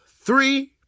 three